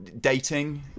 dating